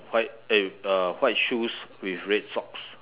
white eh uh white shoes with red socks